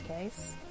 case